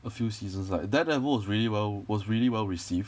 a few seasons like daredevil was really well was really well received